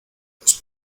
los